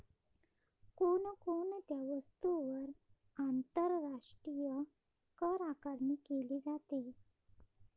कोण कोणत्या वस्तूंवर आंतरराष्ट्रीय करआकारणी केली जाते?